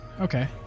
Okay